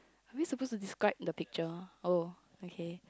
are we supposed to describe the picture oh okay